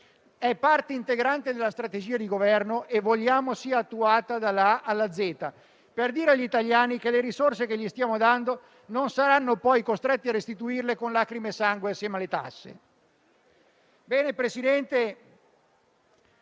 è parte integrante della strategia di Governo e vogliamo che sia attuata dalla A alla Z, per dire agli italiani che le risorse che stiamo dando loro non saranno poi costretti a restituirle con lacrime e sangue insieme alle tasse.